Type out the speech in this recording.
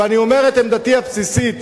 ואני אומר את עמדתי הבסיסית: